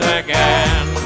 again